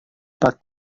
pak